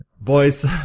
boys